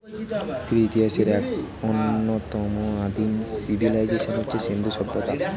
পৃথিবীর ইতিহাসের এক অন্যতম আদিম সিভিলাইজেশন হচ্ছে সিন্ধু সভ্যতা